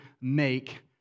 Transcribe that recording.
make